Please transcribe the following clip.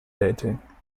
dating